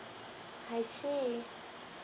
I see